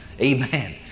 Amen